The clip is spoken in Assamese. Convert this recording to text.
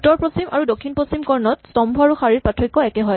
উত্তৰ পশ্চিম আৰু দক্ষিণ পশ্চিম কৰ্ণত স্তম্ভ আৰু শাৰীৰ পাৰ্থক্য একে হয়